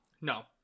No